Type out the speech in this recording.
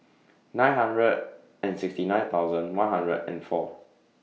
nine hundred and sixty nine thousand one hundred and four